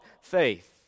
faith